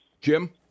Jim